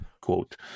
quote